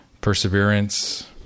perseverance